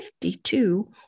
52